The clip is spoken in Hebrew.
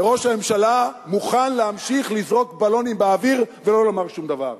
וראש הממשלה מוכן להמשיך לזרוק בלונים באוויר ולא לומר שום דבר.